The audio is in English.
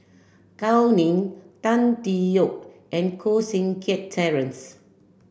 Gao Ning Tan Tee Yoke and Koh Seng Kiat Terence